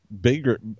bigger